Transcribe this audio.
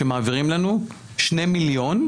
מעבירים לנו 2 מיליון,